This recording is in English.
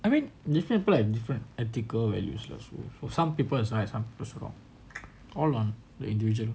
I mean different people have different ethical values lah so for some people is right some people is wrong all on the individual